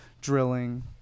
drilling